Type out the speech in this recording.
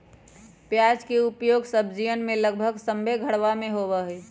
प्याज के उपयोग सब्जीयन में लगभग सभ्भे घरवा में होबा हई